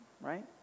right